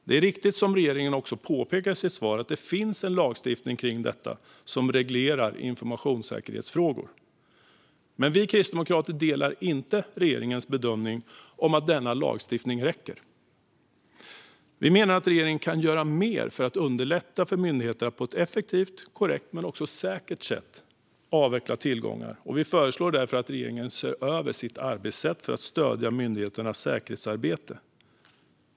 Det är riktigt, som regeringen påpekar i sitt svar, att det finns lagstiftning som reglerar informationssäkerhetsfrågor. Men vi kristdemokrater delar inte regeringens bedömning att denna lagstiftning räcker. Vi menar att regeringen kan göra mer för att underlätta för myndigheter att på ett effektivt, korrekt och säkert sätt kunna avveckla tillgångar och föreslår därför att regeringen ser över sitt arbetssätt när det gäller att stödja myndigheternas säkerhetsarbete.